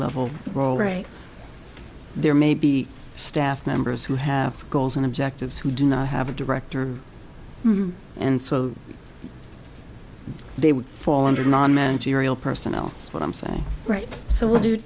level role right there may be staff members who have goals and objectives who do not have a director and so they would fall under non managerial personnel is what i'm saying right so what are you